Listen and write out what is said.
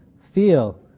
feel